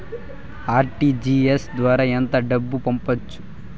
RTGS ద్వారా ఎంత డబ్బు పంపొచ్చు?